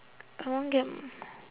I want get